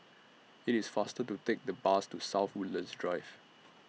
IT IS faster to Take The Bus to South Woodlands Drive